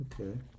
Okay